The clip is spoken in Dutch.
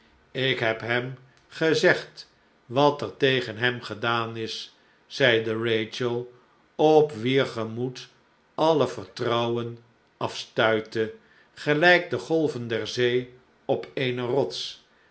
ik heb hem gezegd wat er tegen hem gedaan is zeide rachel op wier gemoed alle vertrouwen afstuitte gelijk de golven der zee op eene rots